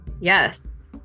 Yes